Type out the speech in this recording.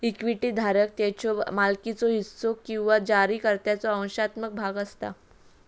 equity धारक त्याच्यो मालकीचो हिस्सो किंवा जारीकर्त्याचो अंशात्मक भाग असता